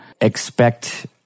expect